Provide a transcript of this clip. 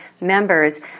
members